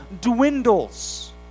dwindles